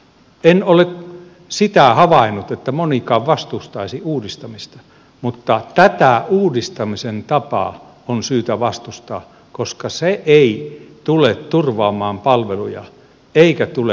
en ole havainnut että monikaan vastustaisi uudistamista mutta tätä uudistamisen tapaa on syytä vastustaa koska se ei tule turvaamaan palveluja eikä tule lisäämään hyvinvointia